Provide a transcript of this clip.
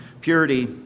Purity